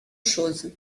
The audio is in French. chose